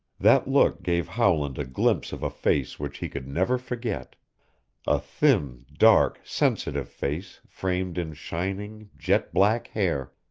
that look gave howland a glimpse of a face which he could never forget a thin, dark, sensitive face framed in shining, jet-black hair,